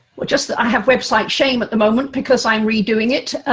well, just that i have website shame, at the moment, because i'm redoing it.